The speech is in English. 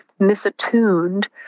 misattuned